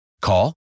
Call